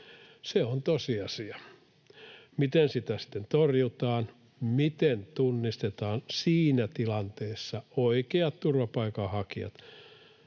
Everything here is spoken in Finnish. Se on tosiasia. Miten sitä sitten torjutaan? Miten tunnistetaan siinä tilanteessa oikeat turvapaikanhakijat?